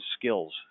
skills